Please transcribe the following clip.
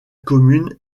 commune